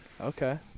Okay